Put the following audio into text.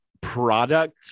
product